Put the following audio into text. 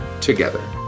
together